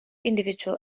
individual